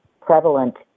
prevalent